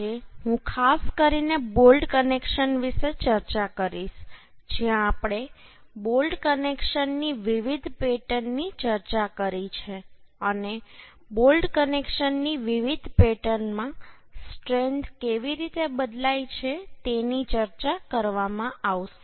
આજે હું ખાસ કરીને બોલ્ટ કનેક્શન વિશે ચર્ચા કરીશ જ્યાં આપણે બોલ્ટ કનેક્શનની વિવિધ પેટર્નની ચર્ચા કરી છે અને બોલ્ટ કનેક્શનની વિવિધ પેટર્નમાં સ્ટ્રેન્થ કેવી રીતે બદલાય છે તેની ચર્ચા કરવામાં આવશે